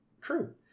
True